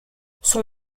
son